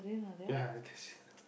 ya this